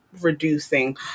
reducing